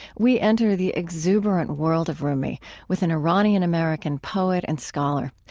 we enter the exuberant world of rumi with an iranian-american poet and scholar.